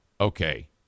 Okay